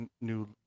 New